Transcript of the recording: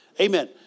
Amen